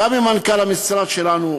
גם עם מנכ"ל המשרד שלנו,